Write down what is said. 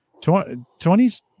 20s